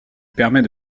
permet